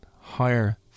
higher